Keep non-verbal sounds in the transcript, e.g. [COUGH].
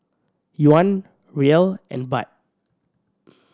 Yuan Riel and Baht [NOISE]